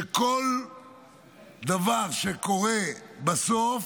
שכל דבר שקורה בסוף